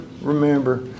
remember